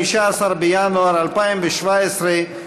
15 בפברואר 2017,